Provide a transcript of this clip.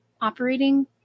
operating